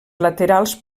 laterals